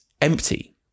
empty